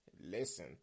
Listen